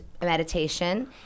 meditation